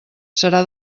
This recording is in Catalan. serà